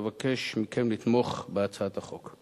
אבקש מכם לתמוך בהצעת החוק.